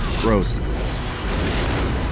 Gross